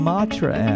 Matra